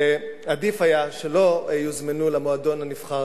ועדיף היה שלא יוזמנו למועדון הנבחר